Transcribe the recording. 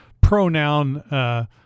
pronoun –